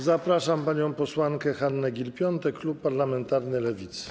Zapraszam panią posłankę Hannę Gill-Piątek, klub parlamentarny Lewicy.